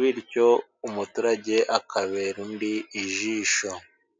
bityo umuturage akabera undi ijisho.